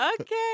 okay